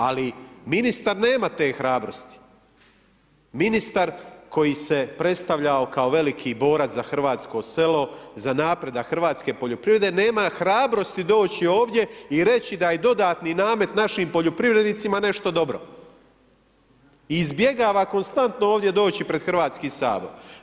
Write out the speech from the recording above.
Ali ministar nema te hrabrosti, ministar koji se predstavljao kao veliki borac za hrvatsko selo, za napredak hrvatske poljoprivrede, nema hrabrosti doći ovdje i reći da je dodatni namet našim poljoprivrednicima nešto dobro. izbjegava konstantno ovdje doći pred Hrvatski sabor.